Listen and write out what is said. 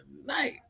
tonight